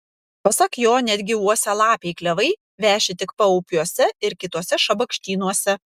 pasak jo netgi uosialapiai klevai veši tik paupiuose ir kituose šabakštynuose